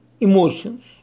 emotions